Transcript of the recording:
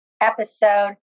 episode